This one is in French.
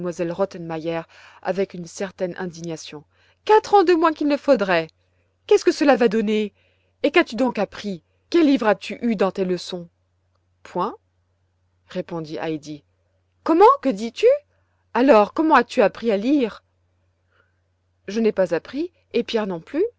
avec une certaine indignation quatre ans de moins qu'il ne faudrait qu'est-ce que cela va donner et qu'as-tu donc appris quels livres as-tu eus dans tes leçons point répondit heidi comment que dis-tu alors comment as-tu appris à lire je n'ai pas appris et pierre non plus